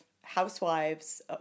housewives